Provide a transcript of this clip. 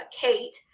kate